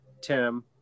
Tim